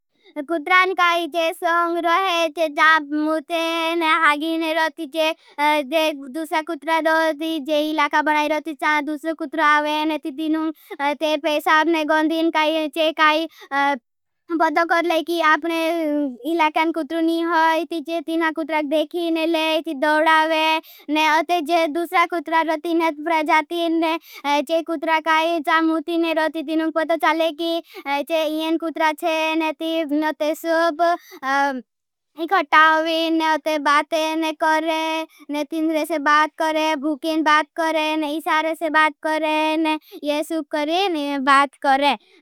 कुट्रान काई जे सोंग रोहे। जे जाब मुते, ना हागीन रोती, जे दूसरा कुट्रा रोती। जे इलाका बनाई रोती, चार दूसरा कुट्रा आवे। ने तीनु ते पेशाब ने गौंधीन काई। जे काई पतो कर ले, की आपने इलाकान कुट्रु नी होई। ती जे तीना कुट्राग देखी। ने लै, कह चार दोडावे। ने अते झे दूसरा वरा रोती नेत। प्रजाति चे एने के कऊत्रआ मोती नी रह्ती। पता चाले की अए कऊत्रआ से नेतिक सब एक्कथा होवे। ने तिम्रे से बात करे। नी सारे से बात करे। ये सब करे ने बात करे।